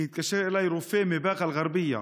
כי התקשר אליי רופא מבאקה אל-גרבייה